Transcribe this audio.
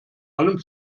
allem